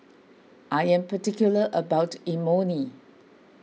I am particular about Imoni